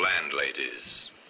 landladies